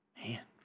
Man